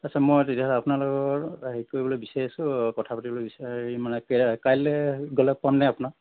আচ্ছা মই তেতিয়াহ'লে আপোনালোকৰ হেৰি কৰিবলৈ বিচাৰিছোঁ কথা পাতিবলৈ বিচাৰি মানে কাইলৈ গ'লে পাম নে আপোনাক